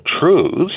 truths